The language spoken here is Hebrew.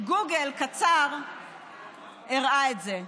גוגל קצר הראה את זה.